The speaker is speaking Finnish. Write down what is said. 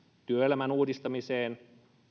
työelämän uudistamiseen